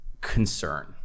concern